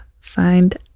Signed